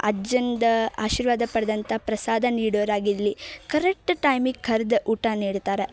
ಅಜ್ಜಂದು ಆಶೀರ್ವಾದ ಪಡೆದಂಥ ಪ್ರಸಾದ ನೀಡೋರಾಗಿರಲಿ ಕರೆಕ್ಟ್ ಟೈಮಿಗೆ ಕರ್ದು ಊಟ ನೀಡ್ತಾರೆ